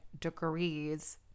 degrees